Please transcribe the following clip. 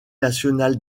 national